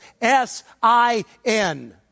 S-I-N